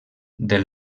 del